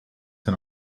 ten